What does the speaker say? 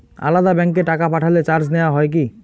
আলাদা ব্যাংকে টাকা পাঠালে চার্জ নেওয়া হয় কি?